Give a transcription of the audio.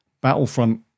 Battlefront